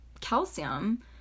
calcium